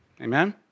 Amen